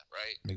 right